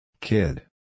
Kid